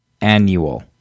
Annual